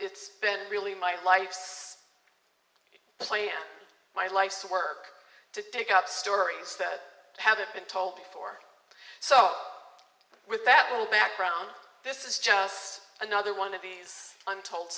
it's been really my life's play my life's work to make up stories that haven't been told before so with that little background this is just another one of these untold